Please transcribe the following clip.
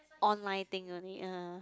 online thing only ah